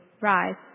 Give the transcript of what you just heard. Rise